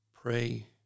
Pray